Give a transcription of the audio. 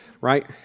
right